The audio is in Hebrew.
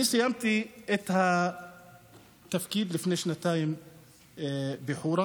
אני סיימתי את התפקיד לפני שנתיים בחורה,